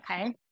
Okay